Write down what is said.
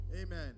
Amen